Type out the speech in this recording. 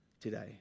today